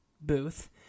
booth